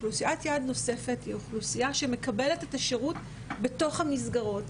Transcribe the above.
אוכלוסיית יעד נוספת היא אוכלוסייה שמקבלת את השירות בתוך המסגרת.